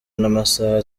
n’amasaha